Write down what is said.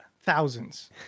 thousands